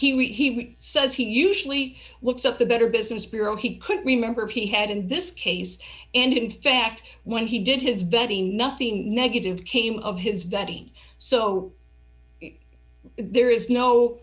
not he says he usually looks at the better business bureau he could remember he had in this case and in fact when he did his betting nothing negative came of his betting so there is no